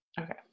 Okay